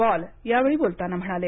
Paul यावेळी बोलताना म्हणाले